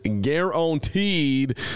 guaranteed